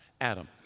Adam